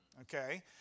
okay